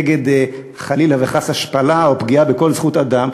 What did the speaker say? נגד חלילה וחס השפלה או פגיעה בכל זכות אדם,